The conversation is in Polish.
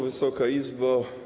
Wysoka Izbo!